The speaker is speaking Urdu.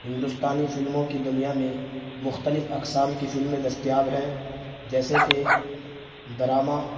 ہندوستانی فلموں کی دنیا میں مختلف اقسام کی فلمیں دستیاب ہیں جیسے کہ ڈراما